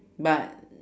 but